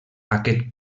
aquest